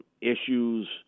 issues –